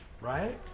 Right